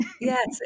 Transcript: Yes